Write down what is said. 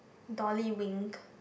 dolly wink